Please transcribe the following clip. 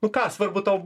nu ką svarbu tau